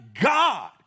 God